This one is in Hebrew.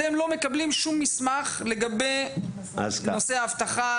אתם לא מקבלים שום מסמך לגבי נושא האבטחה,